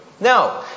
No